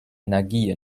energie